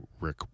Rick